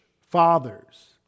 fathers